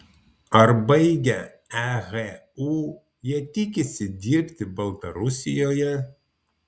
ar baigę ehu jie tikisi dirbti baltarusijoje